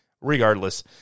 regardless